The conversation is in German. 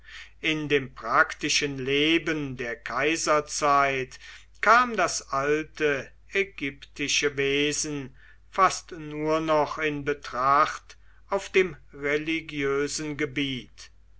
in dem praktischen leben der kaiserzeit kam das alte ägyptische wesen fast nur noch in betracht auf dem religiösen gebiet